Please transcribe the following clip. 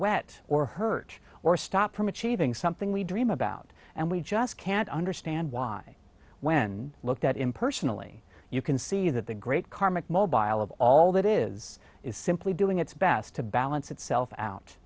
wet or hurt or stopped from achieving something we dream about and we just can't understand why when looked at him personally you can see that the great karmic mo bile of all that is is simply doing its best to balance itself out